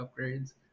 upgrades